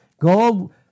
Gold